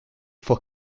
for